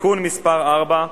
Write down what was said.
(תיקון מס' 4),